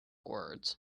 words